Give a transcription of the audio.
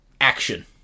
action